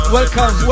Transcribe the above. Welcome